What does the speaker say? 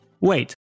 Wait